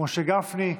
משה גפני.